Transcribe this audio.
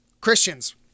Christians